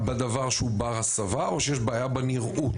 בדבר שהוא בר הסבה, או שיש בעיה בנראות.